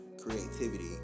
creativity